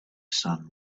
sun